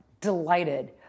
Delighted